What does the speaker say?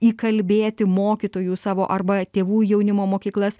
įkalbėti mokytojų savo arba tėvų jaunimo mokyklas